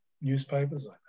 newspapers